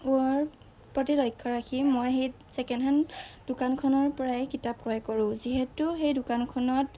হোৱাৰ প্ৰতি লক্ষ্য ৰাখি মই সেই ছেকেণ্ড হেণ্ড দোকানখনৰ পৰাই কিতাপ ক্ৰয় কৰোঁ যিহেতু সেই দোকানখনত